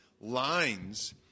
lines